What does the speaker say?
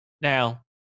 Now